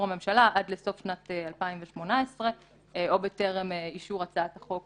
הממשלה עד לסוף שנת 2018 או בטרם אישור הצעת החוק